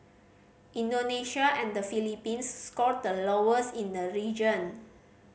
Indonesia and the Philippines scored the lowest in the region